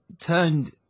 turned